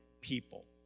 people